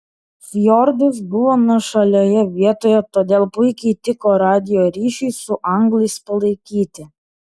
fjordas buvo nuošalioje vietoje todėl puikiai tiko radijo ryšiui su anglais palaikyti